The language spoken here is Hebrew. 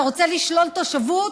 אתה רוצה לשלול תושבות?